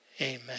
Amen